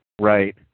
Right